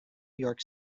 york